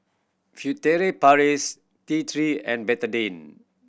Furtere Paris T Three and Betadine